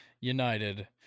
United